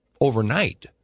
overnight